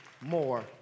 more